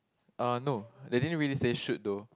uh no they didn't really say should though